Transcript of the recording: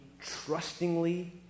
trustingly